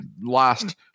last